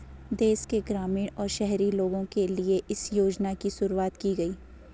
देश के ग्रामीण और शहरी लोगो के लिए इस योजना की शुरूवात की गयी